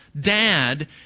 dad